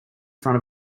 front